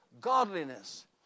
godliness